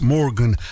Morgan